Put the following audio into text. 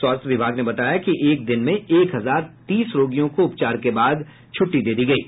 स्वास्थ्य विभाग ने बताया कि एक दिन में एक हजार तीस रोगियों को उपचार के बाद छुट्टी दी गयी